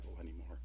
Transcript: anymore